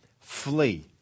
flee